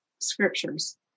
scriptures